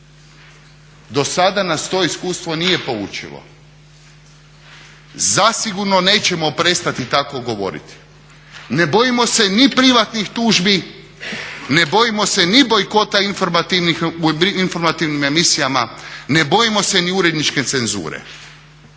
Do sada nas to iskustvo nije poučilo. Zasigurno nećemo prestati tako govoriti. Ne bojimo se ni privatnih tužbi, ne bojimo se ni bojkota u informativnim emisijama, ne bojimo se ni uredničke cenzure